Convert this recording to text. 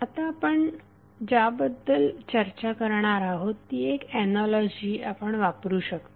आता आपण ज्याबद्दल चर्चा करणार आहोत ती एक एनालॉजी आपण वापरू शकता